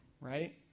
right